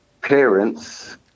parents